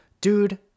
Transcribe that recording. Dude